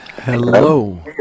Hello